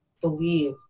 believe